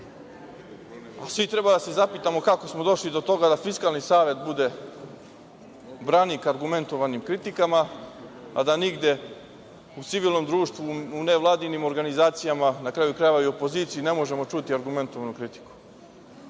a svi treba da se zapitamo kako smo došli do toga da Fiskalni savet bude branik argumentovanim kritikama, a da nigde u civilnom društvu, u nevladinim organizacijama, na kraju krajeva i u opoziciji, ne možemo čuti argumentovanu kritiku. Dakle,